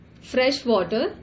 Freshwater